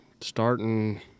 starting